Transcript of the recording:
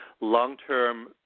long-term